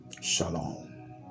Shalom